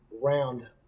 round